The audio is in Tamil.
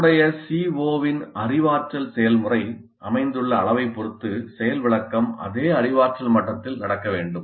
தொடர்புடைய CO இன் அறிவாற்றல் செயல்முறை அமைந்துள்ள அளவைப் பொறுத்து செயல் விளக்கம் அதே அறிவாற்றல் மட்டத்தில் நடக்க வேண்டும்